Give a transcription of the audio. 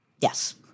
Yes